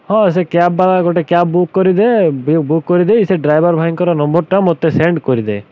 ହଁ ସେ କ୍ୟାବ୍ ବା ଗୋଟେ କ୍ୟାବ୍ ବୁକ୍ କରିଦେ ବୁକ୍ କରିଦେଇ ସେ ଡ୍ରାଇଭର୍ ଭାଇଙ୍କର ନମ୍ବରଟା ମୋତେ ସେଣ୍ଡ କରିଦେ